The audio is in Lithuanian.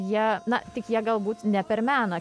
jie na tik jie galbūt ne per meną